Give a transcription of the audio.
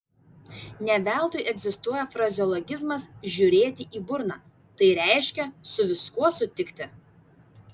ne veltui egzistuoja frazeologizmas žiūrėti į burną tai reiškia su viskuo sutikti